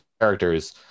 characters